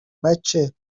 بچه